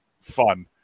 fun